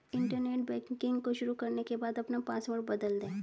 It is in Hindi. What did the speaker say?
इंटरनेट बैंकिंग को शुरू करने के बाद अपना पॉसवर्ड बदल दे